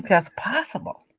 as possible